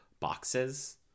boxes